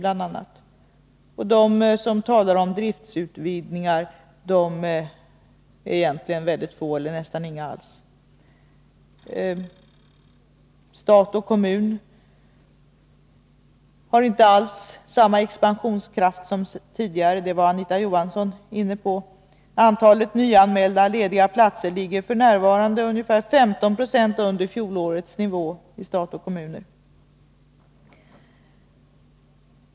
Det är egentligen ytterst få, nästan inga alls, som talar om driftsutvidgningar. Stat och kommun har inte alls samma expansionskraft som tidigare — det var Anita Johansson inne på. Antalet nyanmälda lediga platser inom den statliga och kommunala sektorn är f. n. ungefär 15 26 under fjolårets.